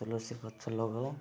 ତୁଳସୀ ଗଛ ଲଗାଉ